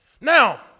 Now